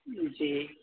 جی